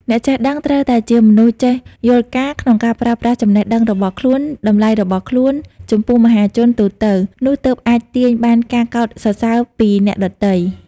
អ្នកចេះដឹងត្រូវតែជាមនុស្សចេះយល់ការណ៍ ក្នុងការប្រើប្រាស់ចំណេះដឹងរបស់ខ្លួន តម្លៃរបស់ខ្លួន ចំពោះមហាជនទូទៅ នោះទើបអាចទាញបានការកោតសរសើពីអ្នកដទៃ។